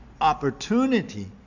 opportunity